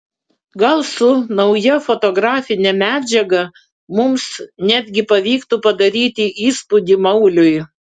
gal su nauja fotografine medžiaga mums netgi pavyktų padaryti įspūdį mauliui